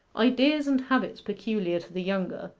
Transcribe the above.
ideas and habits peculiar to the younger,